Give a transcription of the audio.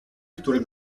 które